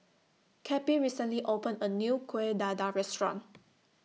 Cappie recently opened A New Kuih Dadar Restaurant